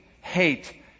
hate